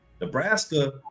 nebraska